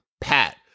pat